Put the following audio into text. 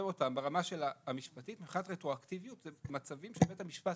ברמה המשפטית מבחינת רטרואקטיביות זה מצבים שבית המשפט